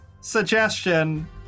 suggestion